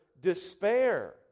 despair